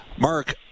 Mark